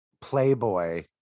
Playboy